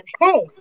Hey